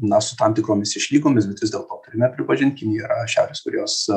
na su tam tikromis išlygomis bet vis dėlto turime pripažint kinija yra šiaurės korėjos